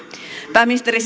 pääministeri